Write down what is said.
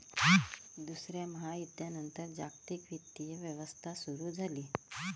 दुसऱ्या महायुद्धानंतर जागतिक वित्तीय व्यवस्था सुरू झाली